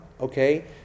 okay